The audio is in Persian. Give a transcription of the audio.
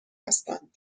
هستند